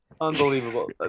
unbelievable